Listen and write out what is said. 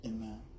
Amen